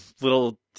little